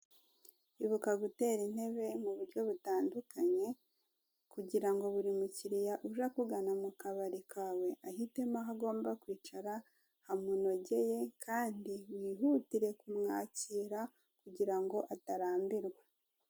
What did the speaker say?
Ibuka gutera intebe mu buryo butandukanye kugira ngo buri mukiriya uje akugana mu kabari kawe ahitemo aho agomba kwicara hamunogeye, kandi wihutire kumwakira kugira ngo atarambirwa.